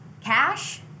Cash